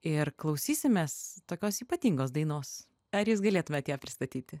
ir klausysimės tokios ypatingos dainos ar jūs galėtumėt ją pristatyti